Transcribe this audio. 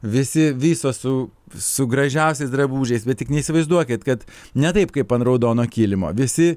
visi visos su su gražiausiais drabužiais bet tik neįsivaizduokit kad ne taip kaip an raudono kilimo visi